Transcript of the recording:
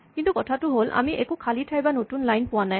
কিন্তু কথাটো হ'ল আমি একো খালী ঠাই বা নতুন লাইন পোৱা নাই